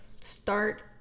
Start